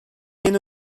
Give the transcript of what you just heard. yeni